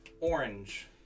Orange